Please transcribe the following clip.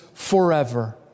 Forever